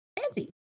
fancy